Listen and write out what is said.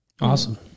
Awesome